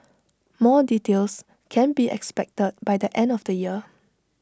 more details can be expected by the end of the year